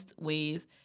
ways